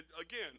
again